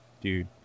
dude